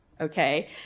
okay